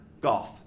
golf